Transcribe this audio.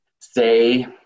say